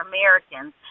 Americans